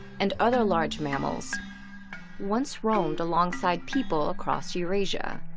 and other large mammals once roamed alongside people across eurasia.